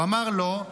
הוא אמר לו: